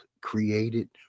created